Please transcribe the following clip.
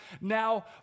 now